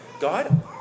God